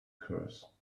curse